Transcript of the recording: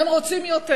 הם רוצים יותר.